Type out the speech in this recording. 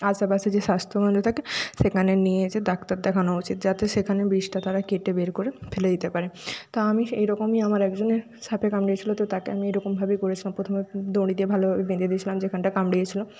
আশেপাশে যে স্বাস্থ্যকেন্দ্র থাকে সেখানে নিয়ে যেয়ে ডাক্তার দেখানো উচিত যাতে সেখানে বিষটা তারা কেটে বের করে ফেলে দিতে পারে তা আমি এইরকমই আমার একজনের সাপে কামড়েছিল তো তাকে আমি এরকমভাবেই করেছিলাম প্রথমে দড়ি দিয়ে ভালোভাবে বেঁধে দিয়েছিলাম যেখানটায় কামড়িয়েছিল